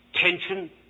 Tension